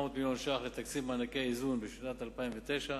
מיליון ש"ח לתקציב מענקי האיזון בשנת 2009,